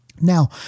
Now